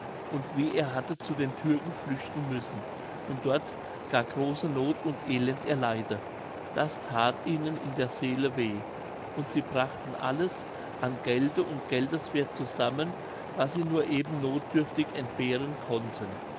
und wie er hatte zu den türken flüchten müssen und dort gar große noth und elend erleide das that ihnen in der seele weh und sie brachten alles an gelde und geldeswerth zusammen was sie nur eben nothdürftig entbehren konnten